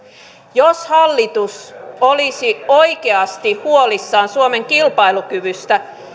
jos hallitus olisi oikeasti huolissaan suomen kilpailukyvystä